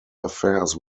affairs